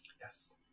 Yes